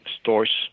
stores